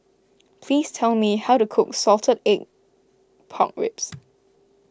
please tell me how to cook Salted Egg Pork Ribs